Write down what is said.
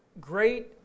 great